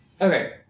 Okay